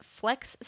flex